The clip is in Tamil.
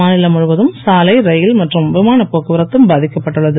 மாநிலம் முழுவதும் சாலை ரயில் மற்றும் விமானப் போக்குவரத்தும் பாதிக்கப்பட்டுள்ளது